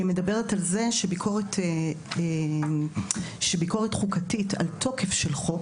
מדברת על זה שביקורת חוקתית על תוקף של חוק,